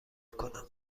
کنم